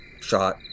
shot